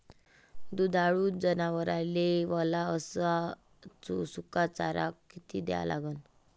दुधाळू जनावराइले वला अस सुका चारा किती द्या लागन?